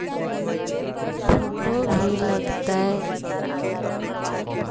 Photo भी लग तै?